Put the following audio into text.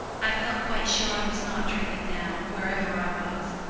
i felt quite sure i was not dreaming now, wherever i was.